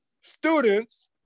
students